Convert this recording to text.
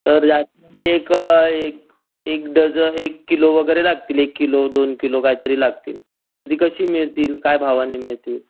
तर जास्वंदी एक एक एक डज एक किलो वगैरे लागतील एक किलो दोन किलो काय तरी लागतील ती कशी मिळतील काय भावाने मिळतील